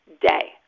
day